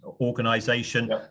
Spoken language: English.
organization